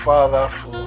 Father